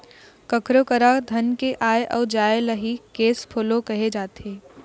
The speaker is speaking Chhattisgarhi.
कखरो करा धन के आय अउ जाय ल ही केस फोलो कहे जाथे